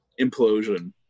implosion